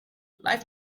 lifes